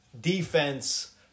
defense